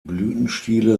blütenstiele